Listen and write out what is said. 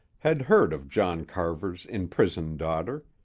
had heard of john carver's imprisoned daughter.